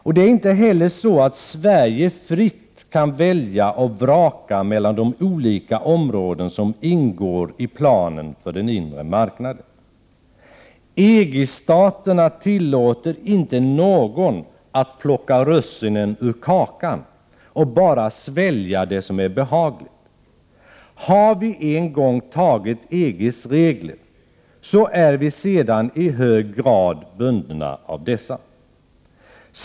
Och det är inte heller så att Sverige fritt kan välja och vraka mellan de olika områden som ingår i planen för den inre marknaden. EG-staterna tillåter inte någon att plocka russinen ur kakan och bara svälja det som är behagligt. Har vi en gång antagit EG:s regler, så är vi sedan i hög grad bundna av dessa.